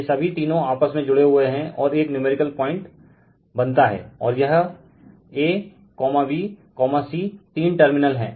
ये सभी तीनो आपस में जुड़े हुए हैं और एक नयूमेरिकल पॉइंट बनता हैं और यह abc तीन टर्मिनल हैं